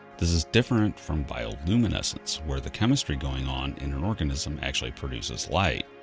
this is different from bioluminescence, where the chemistry going on in an organism actually produces light.